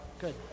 good